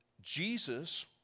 Jesus